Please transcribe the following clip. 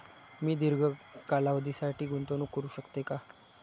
मी दीर्घ कालावधीसाठी गुंतवणूक करू शकते का?